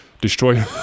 destroy